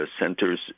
centers